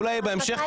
אולי בהמשך,